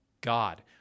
God